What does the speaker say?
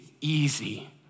easy